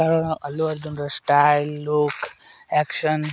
କାରଣ ଆଲ୍ଲୁ ଅର୍ଜୁନର style look action